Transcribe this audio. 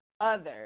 others